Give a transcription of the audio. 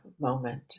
moment